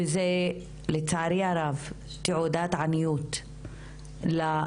לצערי הרב, זה תעודת עניות למערכת.